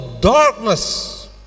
darkness